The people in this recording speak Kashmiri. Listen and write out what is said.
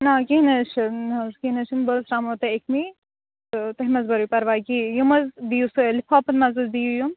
نَہ کیٚنٛہہ نَہ حظ چھُنہٕ کیٚنٛہہ نَہ حظ چھُنہٕ بہٕ حظ ترٛامو تۄہہِ أکمہِ تہٕ تُہۍ ماحظ بٔرو پرواے کہیٚنۍ یِِم حظ دِیو لِفافن منٛزحظ دِیو یِِم